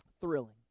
Thrilling